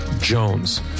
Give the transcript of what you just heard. Jones